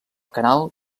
canal